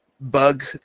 Bug